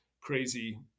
crazy